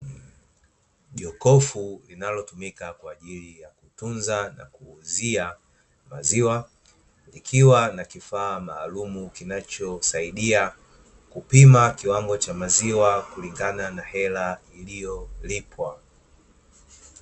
Jokofu linalotumika kwa ajili ya kutunza na kuuzia maziwa, likiwa na kifaa maalumu kinachosaidia kupima kiwango cha maziwa kulingana na hela iliyolipwa.